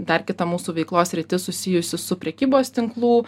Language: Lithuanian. dar kita mūsų veiklos sritis susijusi su prekybos tinklų